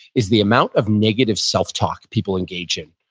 is the amount of negative self-talk people engage in.